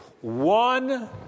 one